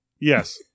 Yes